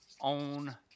own